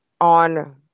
on